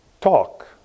talk